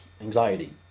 anxiety